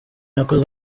yakoze